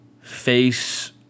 face